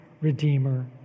redeemer